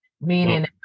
meaning